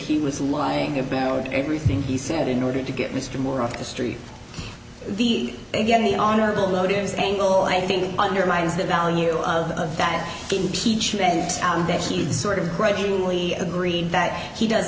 he was lying about everything he said in order to get mr moore off the street the again the honorable loadings angle i think undermines the value of that impeachment out that he'd sort of grudgingly agree that he does